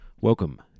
Welcome